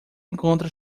encontra